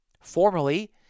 Formerly